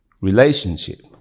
relationship